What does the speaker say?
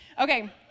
okay